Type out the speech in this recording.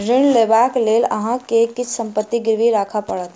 ऋण लेबाक लेल अहाँ के किछ संपत्ति गिरवी राखअ पड़त